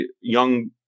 young